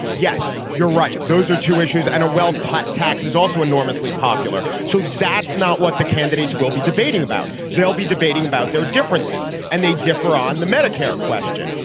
yes you're right. those are two issues and a wealth tax tax is also enormously popular. so that's not what the candidates will be debating about. they'll be debating about their differences and they differ on the medicare question.